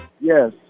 Yes